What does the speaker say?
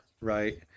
right